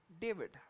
David